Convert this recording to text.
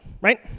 right